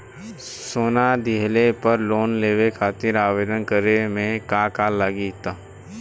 सोना दिहले पर लोन लेवे खातिर आवेदन करे म का का लगा तऽ?